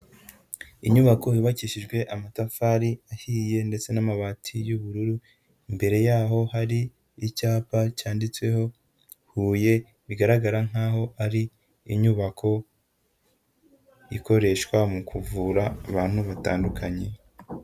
Inyubako yubakishijwe amatafari ahiye ndetse n'amabati y'ubururu, imbere yaho hari icyapa cyanditseho Huye, bigaragara nkaho ari inyubako ikoreshwa mu kuvura abantu batandukanye.